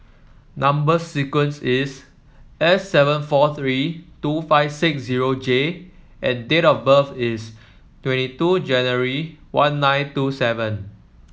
number sequence is S seven four three two five six zero J and date of birth is twenty two January one nine two seven